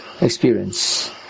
experience